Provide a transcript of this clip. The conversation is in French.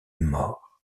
mort